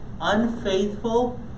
unfaithful